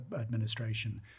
administration